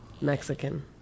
Mexican